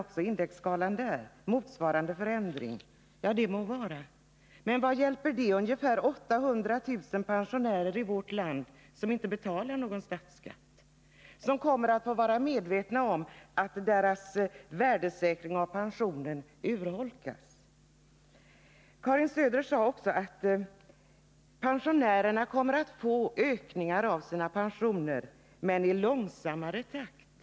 Det må så vara, men vad hjälper det de 800 000 pensionärer i vårt land som inte betalar någon statsskatt, men som kommer att få vara med om att värdesäkringen av deras pensioner urholkas? Karin Söder sade också att pensionärerna kommer att få ökningar av sina pensioner, men i långsammare takt.